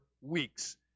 weeks